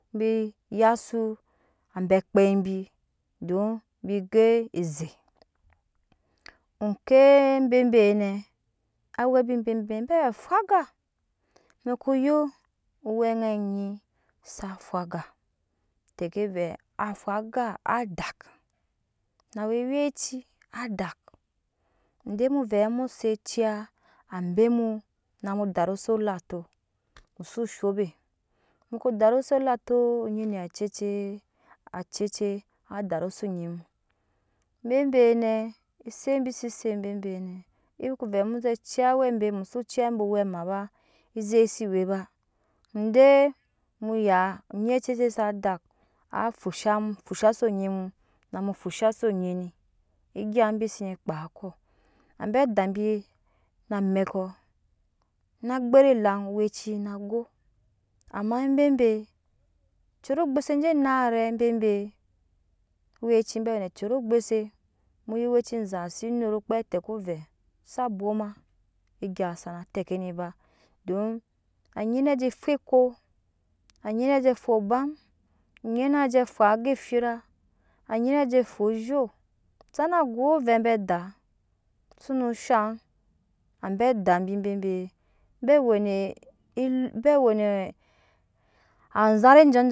Bi ya zu abe akpei bi don bi go eze oke bebe nɛ awɛ bi bebeb ewe afwaga muko yo owɛ nɛnyi sa fwagate vɛ afwaga adak na we awɛci adak de mu daus olato musushoo be daru se datɔ onyi nɛcece ace cet adaruse onyi mu bebe nɛ esetbi si set bebe nɛ imu kvɛ mu zo ciya awɛ bemu mozo ciya abe owɛma ba ezek ze we ba ide mu ya onyi acecet su dak afusha mu fusha se onyi mu na mu fusha se onyi ni egya bi sene kpaa kɔ abe ada bi naamɛkɔ na vgbɛt dang owɛci no go ama bebe ecoro ogbuse je naile bebe aweci be we ne ecuro ogbuse muya oweci ezi enet kpei waa teke ovɛ sa bwom egya zni ba don anyi je fwa aga fira anyi je fwa ozhoo sana go ovɛ be ada wɛne elo azari amatee